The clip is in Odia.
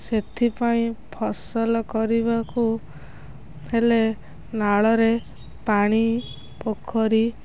ସେଥିପାଇଁ ଫସଲ କରିବାକୁ ହେଲେ ନାଳରେ ପାଣି ପୋଖରୀ